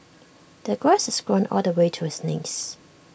the grass is grown all the way to his knees